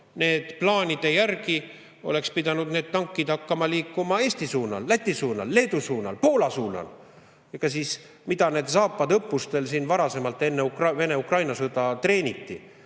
Nende plaanide järgi oleks pidanud need tankid hakkama liikuma Eesti suunas, Läti suunas, Leedu suunas, Poola suunas. Mida siin õppustel Zapad varasemalt enne Vene-Ukraina sõda treeniti?